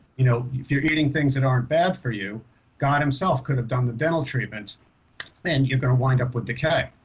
you know if you're eating things that aren't bad for you god himself could have done the dental treatments then you're gonna wind up with decay